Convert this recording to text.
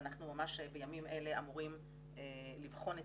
ואנחנו ממש בימים אלה אמורים לבחון את